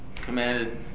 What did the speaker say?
commanded